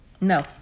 No